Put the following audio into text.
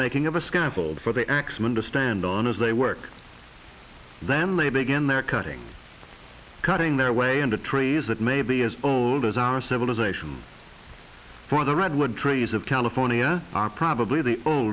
making of a scaffold for the axemen to stand on as they work then they begin their cutting cutting their way into trees that may be as old as our civilization for the redwood trees of california are probably the o